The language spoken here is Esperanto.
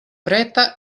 preta